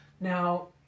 Now